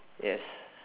yes